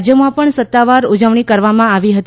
રાજ્યોમાં પણ સત્તાવાર ઉજવણી કરવામાં આવી હતી